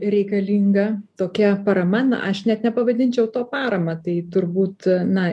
reikalinga tokia parama nu aš net nepavadinčiau to parama tai turbūt na